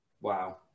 Wow